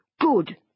good